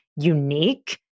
unique